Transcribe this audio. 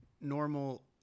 normal